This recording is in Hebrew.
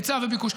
היצע וביקוש,